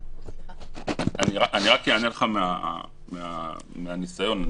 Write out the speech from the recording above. אני אענה לך מהניסיון.